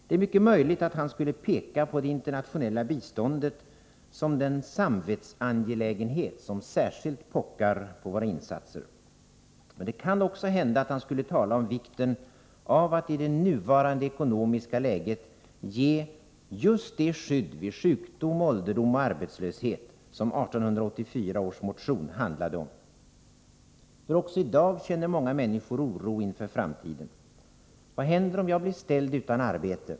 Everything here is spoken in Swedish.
Det är mycket möjligt att han skulle peka på det internationella biståndet som den samvetsangelägenhet som särskilt pockar på våra insatser. Men det kan även hända att han skulle tala om vikten av att i det nuvarande ekonomiska läget ge just det skydd vid sjukdom, ålderdom och arbetslöshet som 1884 års motion handlade om. Också i dag känner många människor oro inför framtiden. Vad händer om jag blir ställd utan arbete?